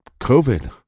COVID